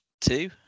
two